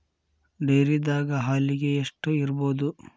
ಡೈರಿದಾಗ ಹಾಲಿಗೆ ಎಷ್ಟು ಇರ್ಬೋದ್?